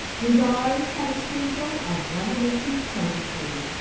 his eyes had a twinkle of reminiscent pleasantry.